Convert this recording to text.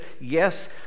yes